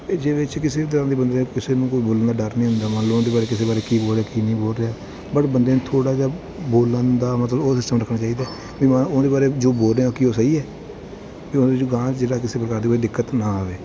ਅਤੇ ਜਿਹ ਦੇ 'ਚ ਕਿਸੇ ਤਰ੍ਹਾਂ ਦੇ ਬੰਦੇ ਕਿਸੇ ਨੂੰ ਕੋਈ ਬੋਲਣ ਦਾ ਡਰ ਨਹੀਂ ਹੁੰਦਾ ਮੰਨ ਲਓ ਉਹਦੇ ਬਾਰੇ ਕਿਸੇ ਬਾਰੇ ਕੀ ਬੋਲ ਕੀ ਨਹੀਂ ਬੋਲ ਰਿਹਾ ਬਟ ਬੰਦੇ ਨੂੰ ਥੋੜ੍ਹਾ ਜਿਹਾ ਬੋਲਣ ਦਾ ਮਤਲਬ ਉਹ ਸਿਸਟਮ ਰੱਖਣਾ ਚਾਹੀਦਾ ਵੀ ਹਾਂ ਉਹਦੇ ਬਾਰੇ ਜੋ ਬੋਲ ਰਿਹਾ ਕੀ ਉਹ ਸਹੀ ਹੈ ਵੀ ਉਹਦੇ ਵਿੱਚ ਅਗਾਂਹ ਜਿਹੜਾ ਕਿਸੇ ਪ੍ਰਕਾਰ ਦੀ ਦਿੱਕਤ ਨਾ ਆਵੇ